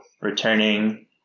returning